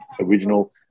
original